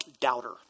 doubter